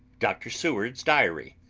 dr. seward's diary.